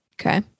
Okay